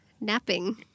napping